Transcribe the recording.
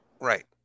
Right